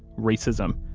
racism,